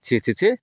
ଛି ଛି ଛି